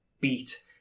beat